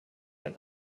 ein